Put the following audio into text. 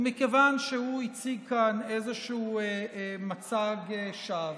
ומכיוון שהוא הציג כאן איזשהו מצג שווא,